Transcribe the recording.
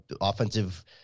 offensive